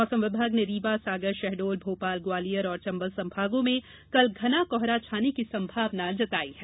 मौसम विभाग ने रीवा सागर शहडोल भोपाल ग्वालियर और चंबल संभागों में कल घना कोहरा छाने की संभावना जताई है